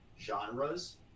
genres